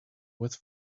with